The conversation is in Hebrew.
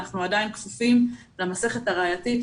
אנחנו עדיין כפופים למסכת הראייתית,